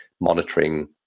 monitoring